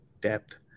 depth